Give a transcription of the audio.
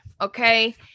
Okay